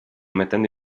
mettendo